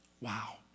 Wow